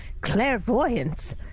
clairvoyance